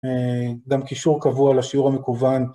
גם קישור קבוע לשיעור המקוון.